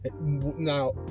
Now